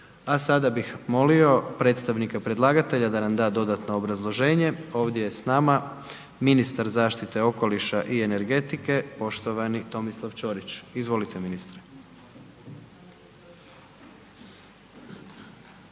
A sada bih molio predstavnika predlagatelja da nam da dodatno obrazloženje. Ovdje je s nama ministar zaštite okoliša i energetike poštovani Tomislav Ćorić. Izvolite ministre.